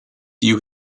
view